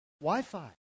Wi-Fi